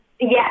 Yes